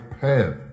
path